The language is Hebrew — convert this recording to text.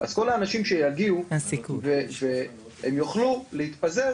אז כל האנשים שיגיעו הם יוכלו להתפזר